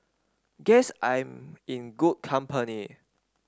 guess I'm in good company